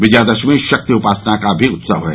विजयादशमी शक्ति उपासना का भी उत्सव है